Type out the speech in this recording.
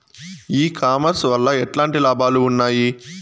ఈ కామర్స్ వల్ల ఎట్లాంటి లాభాలు ఉన్నాయి?